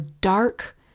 dark